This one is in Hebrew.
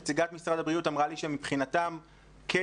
נציגת משרד הבריאות אמרה לי שמבחינתם כן,